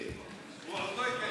הוא עוד לא התקלקל.